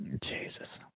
Jesus